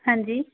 ਹਾਂਜੀ